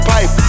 Pipe